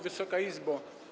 Wysoka Izbo!